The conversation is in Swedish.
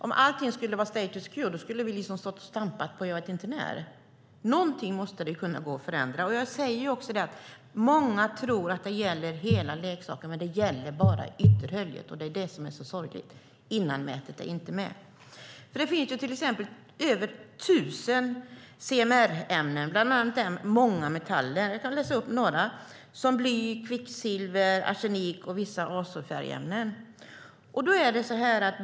Om allting skulle ha varit status quo skulle vi ha stått kvar och stampat sedan jag vet inte när. Något måste gå att förändra. Många tror att direktivet gäller hela leksaken, men det gäller bara ytterhöljet, och det är det som är så sorgligt. Innanmätet är inte med. Det finns över 1 000 CMR-ämnen, bland annat många metaller. Jag kan nämna bly, kvicksilver, arsenik och vissa ASO-färgämnen.